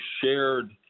shared